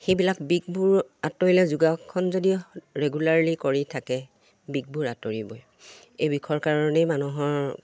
সেইবিলাক বিষবোৰ আঁতৰিলে যোগাসন যদি ৰেগুলাৰলি কৰি থাকে বিষবোৰ আঁতৰিবই এই বিষৰ কাৰণেই মানুহৰ